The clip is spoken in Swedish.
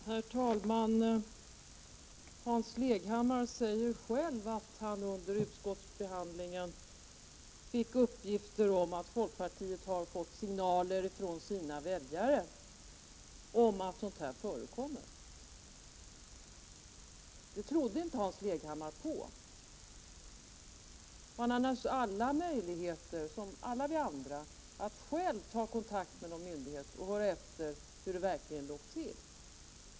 Herr talman! Hans Leghammar säger själv att han under utskottsbehandlingen fick uppgifter om att folkpartiet fått signaler från sina väljare om att sådant här förekommer. Det trodde inte Hans Leghammar på. Han har naturligtvis samma möjligheter som alla vi andra att själv ta kontakt med någon myndighet och höra efter hur det verkligen ligger till.